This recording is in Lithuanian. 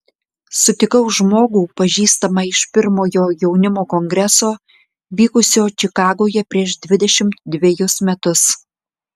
sutikau žmogų pažįstamą iš pirmojo jaunimo kongreso vykusio čikagoje prieš dvidešimt dvejus metus